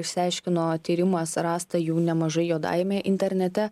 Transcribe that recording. išsiaiškino tyrimas rasta jų nemažai juodajame internete